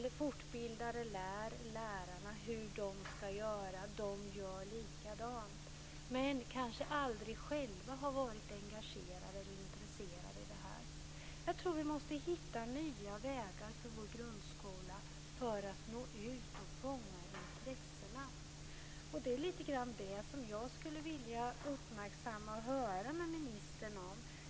En fortbildare lär lärarna hur de ska göra, och lärarna gör likadant som fortbildaren. Men de har kanske aldrig själva varit engagerade i eller intresserade av detta. Jag tror att vi måste hitta nya vägar för grundskolan för att man ska nå ut och fånga intresset. Det är lite grann av det som jag skulle vilja uppmärksamma ministern på.